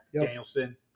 Danielson